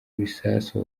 ibisasu